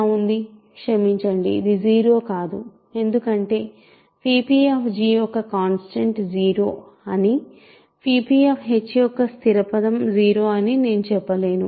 క్షమించండి ఇది 0 కాదు ఎందుకంటేp యొక్క కాన్స్టాంట్ 0 అని p యొక్క స్థిర పదం 0 అని నేను చెప్పలేను